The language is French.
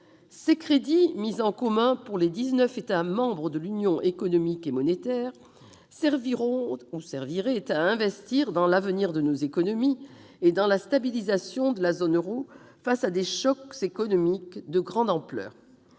Ces crédits mis en commun entre les dix-neuf États membres de l'Union économique et monétaire serviraient à investir dans l'avenir de nos économies et dans la stabilisation de la zone euro face à des chocs économiques de grande ampleur.